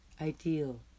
ideal